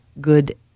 good